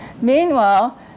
Meanwhile